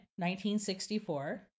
1964